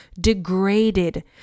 degraded